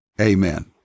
Amen